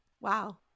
Wow